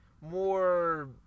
more